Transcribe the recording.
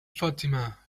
fatima